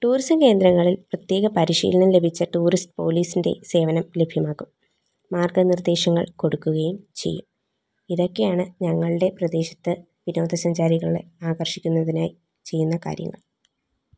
tourism കേന്ദ്രങ്ങളിൽ പ്രത്യേക പരിശീലനം ലഭിച്ച ടൂറിസ്റ്റ് പോലീസിൻ്റെ സേവനം ലഭ്യമാക്കും മാർഗ്ഗനിർദ്ദേശങ്ങൾ കൊടുക്കുകയും ചെയ്യും ഇതൊക്കെയാണ് ഞങ്ങളുടെ പ്രദേശത്ത് വിനോദസഞ്ചാരികളെ ആകർഷിക്കുന്നതിനായി ചെയ്യുന്ന കാര്യങ്ങൾ